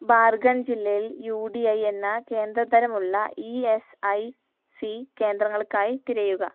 ബാർഗൺ ജില്ലയിൽ U D I എന്ന കേന്ദ്രതരമുള്ള ഇ എസ് ഐ സി കേന്ദ്രങ്ങൾക്കായി തിരയുക